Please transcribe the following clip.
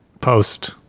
post